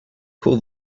call